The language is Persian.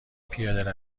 پیاده